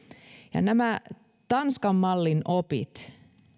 ja nämä tanskan mallin opit